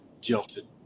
jilted